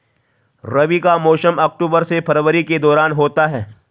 रबी का मौसम अक्टूबर से फरवरी के दौरान होता है